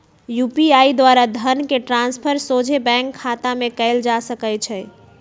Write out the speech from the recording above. UPI द्वारा धन के ट्रांसफर सोझे बैंक खतामें कयल जा सकइ छै